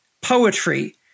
poetry